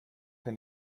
kann